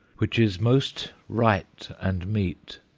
which is most right and meet.